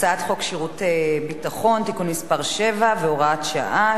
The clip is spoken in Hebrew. הצעת חוק שירות ביטחון (תיקון מס' 7 והוראת שעה)